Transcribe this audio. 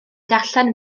darllen